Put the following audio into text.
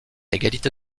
égalité